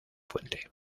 fuente